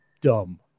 dumb